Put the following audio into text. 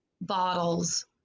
bottles